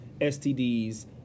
STDs